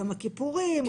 יום הכיפורים,